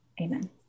amen